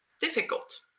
difficult